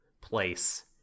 place